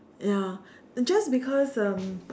ya just because um